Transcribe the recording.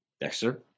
Dexter